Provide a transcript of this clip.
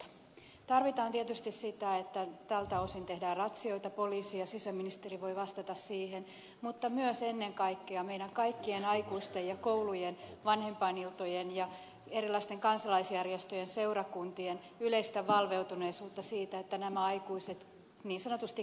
mutta valvonnan osalta tarvitaan tietysti sitä että tältä osin tehdään ratsioita poliisi ja sisäministeri voi vastata siihen mutta myös ennen kaikkea meidän kaikkien aikuisten ja koulujen vanhempainiltojen ja erilaisten kansalaisjärjestöjen ja seurakuntien yleistä valveutuneisuutta siitä että nämä aikuiset niin sanotusti käräytetään